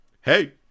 hey